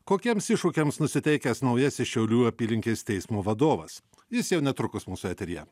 kokiems iššūkiams nusiteikęs naujasis šiaulių apylinkės teismo vadovas jis jau netrukus mūsų eteryje